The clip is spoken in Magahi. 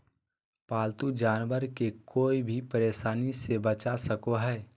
पालतू जानवर के कोय भी परेशानी से बचा सको हइ